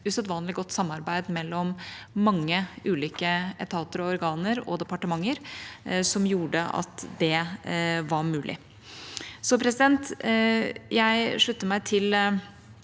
usedvanlig godt samarbeid mellom mange ulike etater, organer og departementer som gjorde at det var mulig. Jeg slutter meg